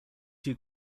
two